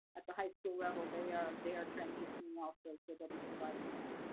at the high school level, they are they are transitioning also. so they'll be providing that.